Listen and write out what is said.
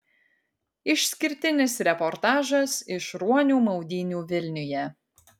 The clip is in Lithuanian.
išskirtinis reportažas iš ruonių maudynių vilniuje